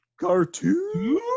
cartoon